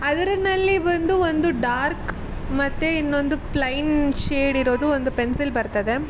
ಅದ್ರಲ್ಲಿ ಬಂದು ಒಂದು ಡಾರ್ಕ್ ಮತ್ತು ಇನ್ನೊಂದು ಪ್ಲೈನ್ ಶೇಡ್ ಇರೋದು ಒಂದು ಪೆನ್ಸಿಲ್ ಬರ್ತದೆ